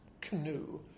canoe